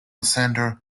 center